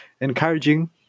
encouraging